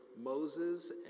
Moses